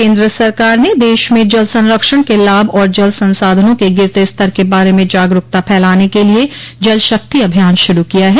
केंद्र सरकार ने देश में जल संरक्षण के लाभ और जल संसाधनों के गिरते स्तर के बारे में जागरूकता फैलाने के लिए जल शक्ति अभियान शुरू किया है